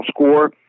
score